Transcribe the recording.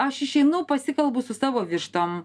aš išeinu pasikalbu su savo vištom